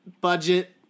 budget